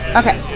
okay